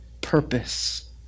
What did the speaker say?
purpose